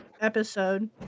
episode